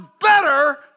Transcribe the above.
better